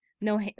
no